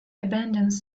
abandons